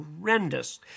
horrendous